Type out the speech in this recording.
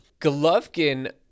Golovkin